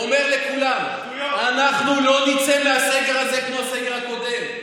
אומר לכולם: אנחנו לא נצא מהסגר הזה כמו הסגר הקודם.